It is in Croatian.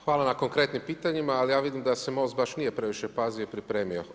Hvala na konkretnim pitanjima, ali ja vidim da se Most baš nije previše pazio i pripremio.